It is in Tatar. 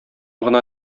гына